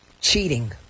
cheating